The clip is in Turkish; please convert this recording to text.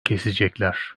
kesecekler